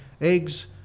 eggs